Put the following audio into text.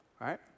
right